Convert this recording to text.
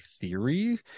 theory